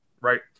right